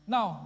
Now